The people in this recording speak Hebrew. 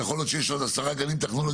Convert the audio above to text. יכול להיות שיש עוד עשרה גבנים טכנולוגים